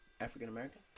African-American